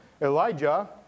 Elijah